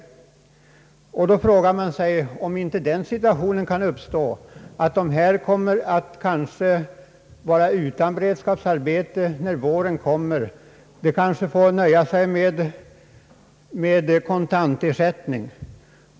Man frågar sig om inte den situationen kan uppstå att dessa människor blir utan sysselsättning när våren kommer. Kanske måste de då nöja sig med kontantersättning.